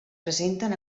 presenten